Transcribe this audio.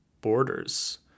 borders